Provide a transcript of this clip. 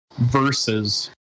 versus